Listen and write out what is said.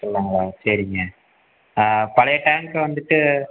முடிச்சிடலாங்களா சரிங்க பழைய டேங்க் வந்துட்டு